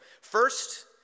first